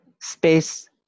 space